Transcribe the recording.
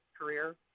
Career